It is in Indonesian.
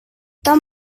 tom